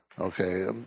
Okay